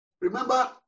Remember